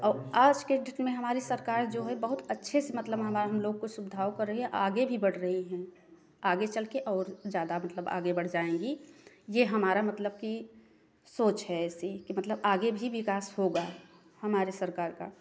और आज के युग में हमारी सरकार जो है बहुत अच्छे से मतलब हमें हम लोग को सुविधाओं कर रही है आगे भी बढ़ रही है आगे चल के और ज्यादा मतलब आगे बढ़ जाएँगी ये हमारा मतलब की सोच है ऐसी कि मतलब आगे भी विकास होगा हमारे सरकार का